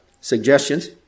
suggestions